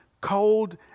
cold